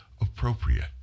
appropriate